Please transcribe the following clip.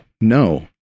no